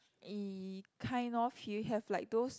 kind of you have like those